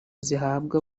zihabwa